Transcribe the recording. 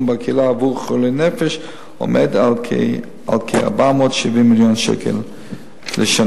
בקהילה עבור חולי נפש עומד על כ-470 מיליון שקל לשנה.